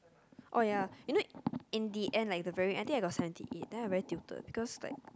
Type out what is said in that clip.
oh ya you know in the end like the very I got seventy eight then I very tilted because like